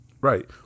Right